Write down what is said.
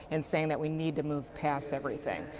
and saying that we need to move past everything.